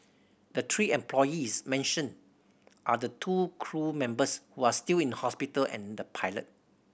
the three employees mentioned are the two crew members who are still in hospital and the pilot